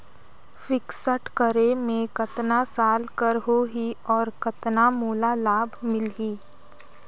Fixed करे मे कतना साल कर हो ही और कतना मोला लाभ मिल ही?